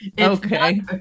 Okay